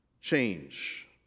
change